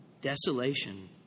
Desolation